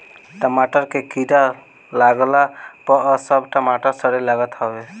टमाटर में कीड़ा लागला पअ सब टमाटर सड़े लागत हवे